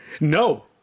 No